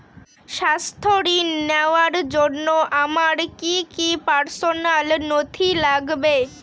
স্বাস্থ্য ঋণ নেওয়ার জন্য আমার কি কি পার্সোনাল নথি লাগবে?